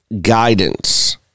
guidance